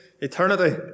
eternity